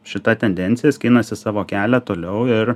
šita tendencija skinasi savo kelią toliau ir